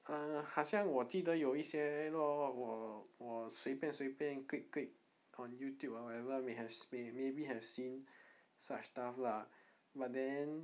err 好像我记的有一些 lor 我我随便随便 quick quick on youtube or whatever may have se~ maybe have seen such stuff lah but then